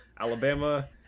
alabama